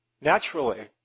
naturally